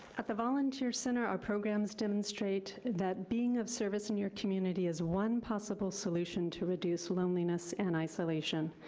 at the volunteer center, our programs demonstrate that being of service in your community is one possible solution to reduce loneliness and isolation.